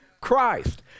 Christ